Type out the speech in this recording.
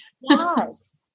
Yes